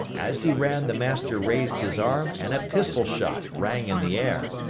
as he ran the master raised his arm and a pistol shot rang in the air.